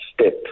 step